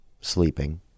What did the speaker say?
sleeping